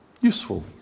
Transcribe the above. useful